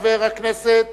חבר הכנסת